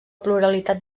pluralitat